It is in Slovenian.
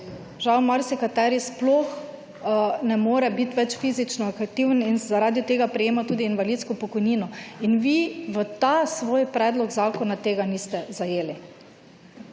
žal marsikateri sploh ne more biti več fizično aktivni in zaradi tega prejema tudi invalidsko pokojnino. In vi v ta svoj predlog zakona tega niste zajeli.